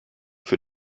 für